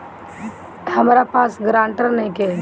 हमरा पास ग्रांटर नइखे?